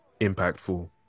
impactful